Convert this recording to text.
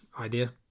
idea